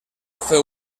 fue